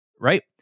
right